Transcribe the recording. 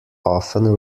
often